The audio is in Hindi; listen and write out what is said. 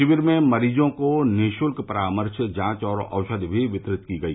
शिविर में मरीजों को निःशुल्क परामर्श जांच और औषधि भी वितरित की गई